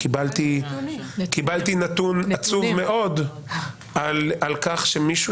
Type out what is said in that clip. קיבלתי נתון עצוב מאוד על כך שמישהו